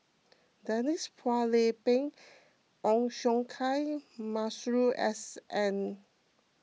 Denise Phua Lay Peng Ong Siong Kai Masuri S N